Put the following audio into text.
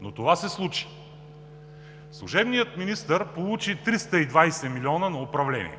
но това се случи. Служебният министър получи 320 милиона на управление